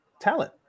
talent